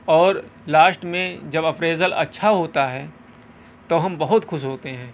اور لاسٹ میں جب اپریزل اچھا ہوتا ہے تو ہم بہت خوش ہوتے ہیں